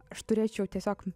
aš turėčiau tiesiog